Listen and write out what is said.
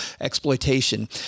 exploitation